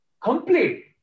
complete